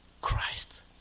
Christ